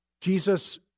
Jesus